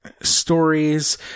stories